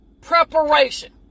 preparation